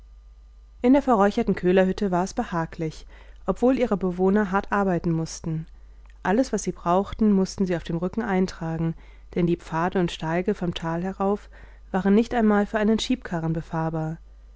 in der verräucherten köhlerhütte war es behaglich obwohl ihre bewohner hart arbeiten mußten alles was sie brauchten mußten sie auf dem rücken eintragen denn die pfade und steige vom tal herauf waren nicht einmal für einen schiebkarren befahrbar